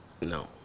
No